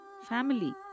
family